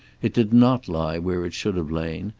it did not lie where it should have lain.